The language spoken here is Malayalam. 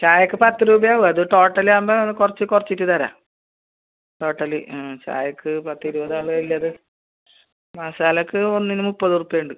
ചായയ്ക്ക് പത്ത് രൂപയാവും അത് ടോട്ടൽ ആവുമ്പോൾ അത് കുറച്ച് കുറച്ചിട്ട് തെരാം ടോട്ടലി ചായയ്ക്ക് പത്തിരുപതാളില്ലാതെ മസാലയ്ക്ക് ഒന്നിന് മുപ്പത് ഉറുപ്പിക ഉണ്ട്